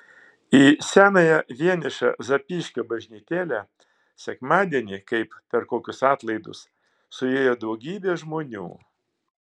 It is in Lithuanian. į senąją vienišą zapyškio bažnytėlę sekmadienį kaip per kokius atlaidus suėjo daugybė žmonių